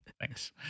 Thanks